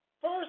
First